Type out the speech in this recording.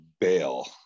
bail